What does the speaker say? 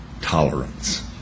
tolerance